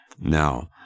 Now